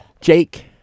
Jake